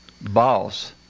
boss